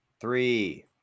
three